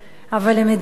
אבל למדינה,